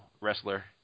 wrestler